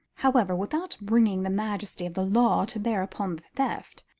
however, without bringing the majesty of the law to bear upon the theft,